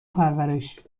پرورش